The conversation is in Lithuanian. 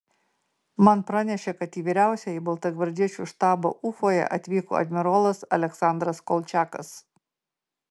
man pranešė kad į vyriausiąjį baltagvardiečių štabą ufoje atvyko admirolas aleksandras kolčiakas